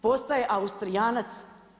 Postaje Austrijanac.